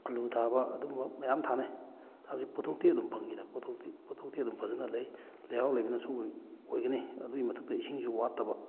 ꯑꯂꯨ ꯊꯥꯕ ꯑꯗꯨꯝꯕ ꯃꯌꯥꯝ ꯊꯥꯅꯩ ꯊꯥꯕꯁꯤ ꯄꯣꯊꯣꯛꯇꯤ ꯑꯗꯨꯝ ꯐꯪꯉꯤꯗ ꯄꯣꯊꯣꯛꯇꯤ ꯄꯣꯊꯣꯛꯇꯤ ꯑꯗꯨꯝ ꯐꯖꯅ ꯂꯩ ꯂꯩꯍꯥꯎ ꯂꯩꯕꯅꯁꯨ ꯑꯣꯏꯒꯅꯤ ꯑꯗꯨꯏ ꯃꯊꯛꯇ ꯏꯁꯤꯡꯁꯨ ꯋꯥꯠꯇꯕ